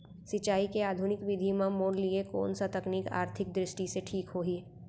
सिंचाई के आधुनिक विधि म मोर लिए कोन स तकनीक आर्थिक दृष्टि से ठीक होही?